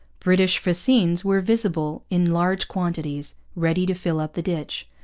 british fascines were visible in large quantities, ready to fill up the ditch,